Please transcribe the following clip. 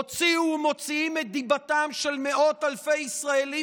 הוציאו ומוציאים את דיבתם של מאות אלפי ישראלים